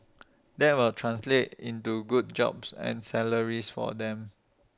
that will translate into good jobs and salaries for them